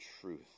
truth